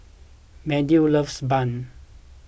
Meadow loves Bun